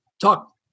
talk